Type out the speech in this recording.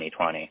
2020